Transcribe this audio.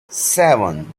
seven